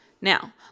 Now